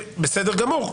בסדר גמור,